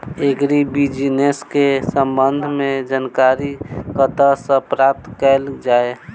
Agri business केँ संबंध मे जानकारी कतह सऽ प्राप्त कैल जाए?